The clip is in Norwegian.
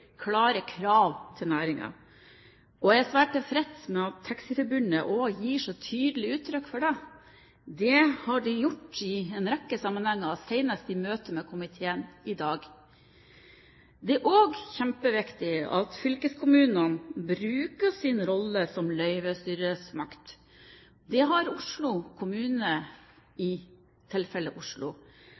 klare krav til næringen, og jeg er svært tilfreds med at Taxiforbundet også gir så tydelig uttrykk for det. Det har de gjort i en rekke sammenhenger, senest i møte med komiteen i dag. Det er også kjempeviktig at fylkeskommunene bruker sin rolle som løyvestyresmakt. Det har Oslo kommune i tilfellet Oslo,